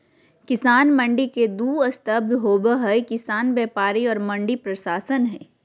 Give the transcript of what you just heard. किसान मंडी के दू स्तम्भ होबे हइ किसान व्यापारी और मंडी प्रशासन हइ